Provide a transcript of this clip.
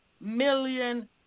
million